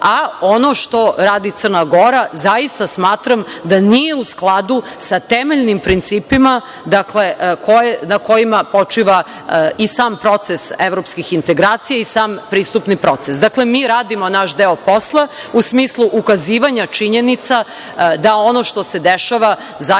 što radi Crna Gora, zaista smatram da nije u skladu sa temeljnim principima na kojima počiva i sam proces evropskih integracija i sam pristupni proces. Dakle, mi radimo naš deo posla u smislu ukazivanja činjenica da ono što se dešava zaista